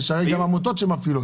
יש עמותות שמפעילות.